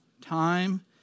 time